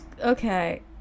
okay